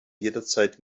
jederzeit